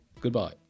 goodbye